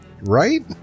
Right